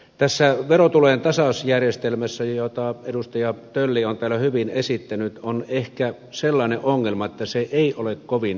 tässä verotulojen tasausjärjestelmässä jota edustaja tölli on täällä hyvin esittänyt on ehkä sellainen ongelma että se ei ole kovin kannustava